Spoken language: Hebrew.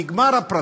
נגמר הפרטי,